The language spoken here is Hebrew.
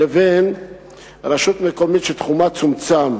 לבין הרשות המקומית שתחומה צומצם.